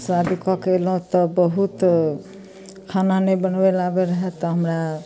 शादी कऽके अयलहुँ तऽ बहुत खाना नहि बनबय लए आबय रहय तऽ हमरा